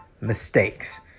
mistakes